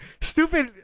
stupid